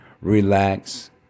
relax